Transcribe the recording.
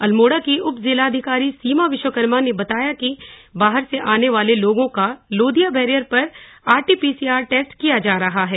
अल्मोड़ा की उपजिलाधिकारी सीमा विश्वकर्मा ने बताया कि बाहर से आने वाले लोगों का लोदिया बैरियर पर आरटीपीसीआर टेस्ट किया जा रहा है